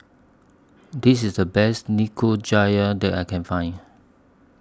This IS The Best Nikujaga that I Can Find